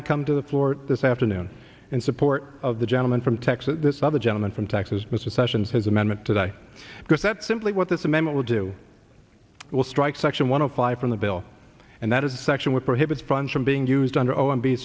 i come to the floor this afternoon in support of the gentleman from texas this other gentleman from texas mr sessions his amendment today because that's simply what this amendment will do will strike section one of five from the bill and that is section which prohibits funds from being used under o